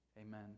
Amen